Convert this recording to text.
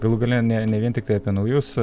galų gale ne ne vien tiktai apie naujus